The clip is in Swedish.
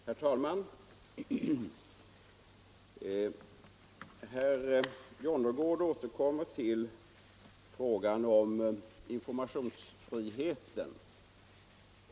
Herr talman! Herr Jonnergård återkommer till frågan om informationsfriheten.